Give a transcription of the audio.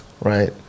Right